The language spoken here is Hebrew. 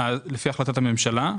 בשירות האזרחי,